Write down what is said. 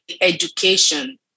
education